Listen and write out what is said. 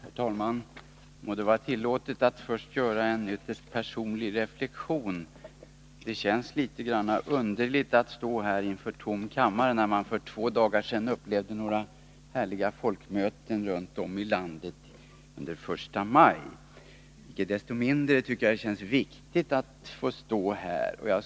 Herr talman! Må det vara tillåtet att först göra en ytterst personlig reflexion. Det känns litet underligt att stå här inför en tom kammare, när man för två dagar sedan upplevt några härliga folkmöten runt om i landet under första maj. Icke desto mindre tycker jag det känns viktigt att få stå här.